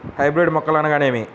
Hybrid మొక్కలు అనగానేమి?